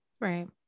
Right